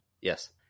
Yes